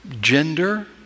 gender